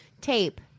tape